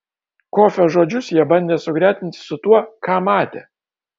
kofio žodžius jie bandė sugretinti su tuo ką matė